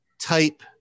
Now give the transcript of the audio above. type